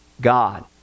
God